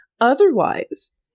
Otherwise